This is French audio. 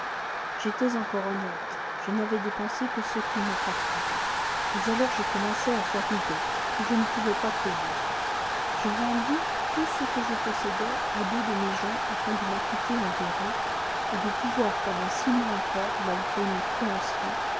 j'étais encore honnête je n'avais dépensé que ce qui m'appartenait mais alors je commençai à faire des dettes que je ne pouvais pas payer je vendis tout ce que je possédais à deux de mes gens afin de m'acquitter envers eux et de pouvoir pendant six mois encore malgré mes créanciers